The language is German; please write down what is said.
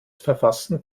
verfassen